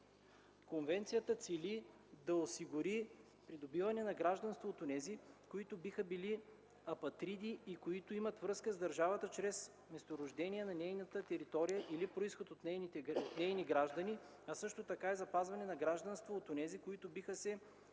Конвенцията цели да осигури придобиването на гражданство от онези, които биха били апатриди и които имат връзка с държавата чрез месторождение на нейната територия или произход от нейни граждани, а също така и запазване на гражданство от онези, които биха се